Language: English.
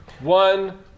One